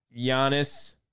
Giannis